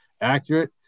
Accurate